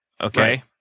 Okay